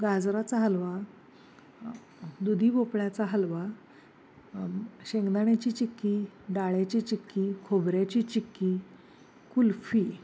गाजराचा हलवा दुधी भोपळ्याचा हलवा शेंगदाण्याची चिक्की डाळ्याची चिक्की खोबऱ्याची चिक्की कुल्फी